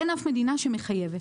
אין אף מדינה בעולם שמחייבת.